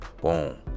Boom